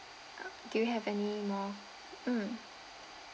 do you have any more mm